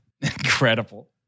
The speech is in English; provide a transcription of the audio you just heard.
Incredible